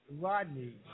Rodney